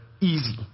easy